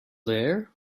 there